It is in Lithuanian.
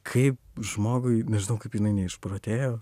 kaip žmogui nežinau kaip jinai neišprotėjo